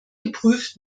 geprüft